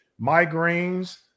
migraines